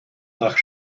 nach